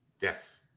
Yes